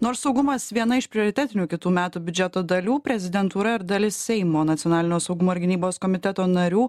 nors saugumas viena iš prioritetinių kitų metų biudžeto dalių prezidentūra ir dalis seimo nacionalinio saugumo ir gynybos komiteto narių